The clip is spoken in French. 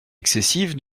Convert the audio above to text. excessive